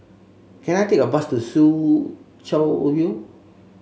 can I take a bus to Soo Chow View